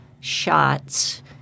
shots